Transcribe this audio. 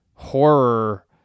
horror